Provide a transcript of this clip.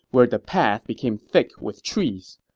where the path became thick with trees.